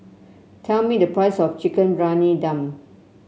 tell me the price of Chicken Briyani Dum